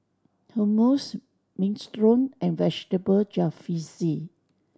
Hummus Minestrone and Vegetable Jalfrezi